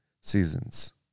seasons